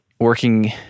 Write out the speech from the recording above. working